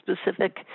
specific